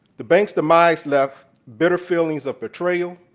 the banks' demise left bitter feelings of betrayal,